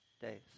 days